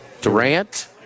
Durant